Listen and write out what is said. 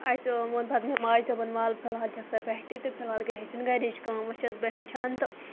اَتہِ ووٚن پَتہٕ مےٚ ماجہِ دوٚپُن وَلہٕ فِلحال چھَکھ ژٕ بیٚہتٕے تہٕ فِلحال گٔے ہیٚچھِن گَرِچ کٲم وۄنۍ چھَس بہٕ ہیٚچھان تہٕ